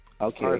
Okay